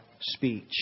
speech